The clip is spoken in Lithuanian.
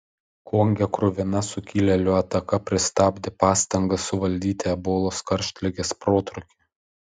konge kruvina sukilėlių ataka pristabdė pastangas suvaldyti ebolos karštligės protrūkį